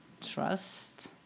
trust